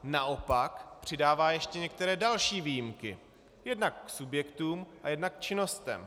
Naopak přidává ještě některé další výjimky, jednak k subjektům a jednak k činnostem.